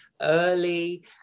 early